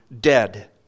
dead